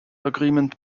agreement